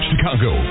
Chicago